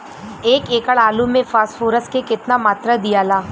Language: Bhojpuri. एक एकड़ आलू मे फास्फोरस के केतना मात्रा दियाला?